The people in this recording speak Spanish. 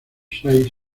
seis